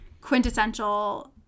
quintessential